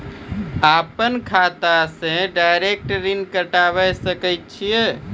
अपन खाता से डायरेक्ट ऋण कटबे सके छियै?